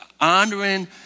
honoring